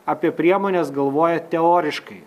apie priemones galvoja teoriškai